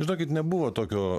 žinokit nebuvo tokio